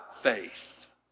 faith